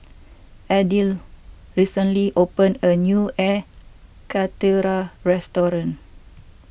Abdiel recently opened a new Air Karthira restaurant